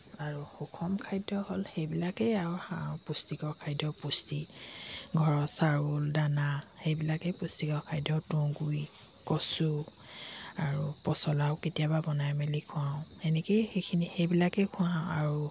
আৰু সুখম খাদ্য হ'ল সেইবিলাকেই আৰু পুষ্টিকৰ খাদ্য পুষ্টি ঘৰৰ চাউল দানা সেইবিলাকেই পুষ্টিকৰ খাদ্য তুঁহ গুৰি কচু আৰু পচলাও কেতিয়াবা বনাই মেলি খুৱাওঁ এনেকেই সেইখিনি সেইবিলাকেই খুৱাওঁ আৰু